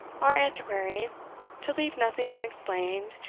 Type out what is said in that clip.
our antiquary to leave nothing unexplained,